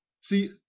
See